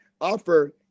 offer